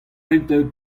rit